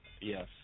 Yes